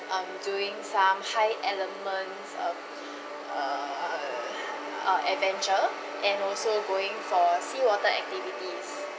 um doing some high elements of uh uh adventure and also going for seawater activities